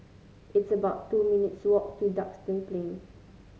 it's about two minutes' walk to Duxton Plain